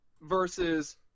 versus